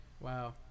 wow